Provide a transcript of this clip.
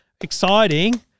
exciting